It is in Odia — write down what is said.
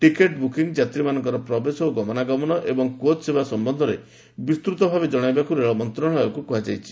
ଟିକେଟ୍ ବୁକିଂ ଯାତ୍ରୀମାନଙ୍କର ପ୍ରବେଶ ଓ ଗମନାଗମନ ଏବଂ କୋଚ୍ ସେବା ସମ୍ୟନ୍ଧରେ ବିସ୍ତୂତ ଭାବେ ଜଣାଇବାକୁ ରେଳ ମନ୍ତ୍ରଣାଳୟକୁ କୁହାଯାଇଛି